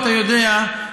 אתה יודע,